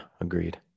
Agreed